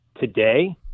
today